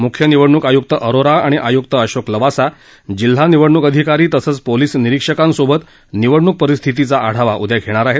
मुख्य निवडणूक आयुक्त अरोरा आणि आयुक्त अशोक लवासा जिल्हा निवडणूक अधिकारी तसंच पोलीस निरीक्षकांबरोबर निवडणूक परिस्थितीचा आढावा उद्या घेणार आहेत